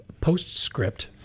postscript